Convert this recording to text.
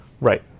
Right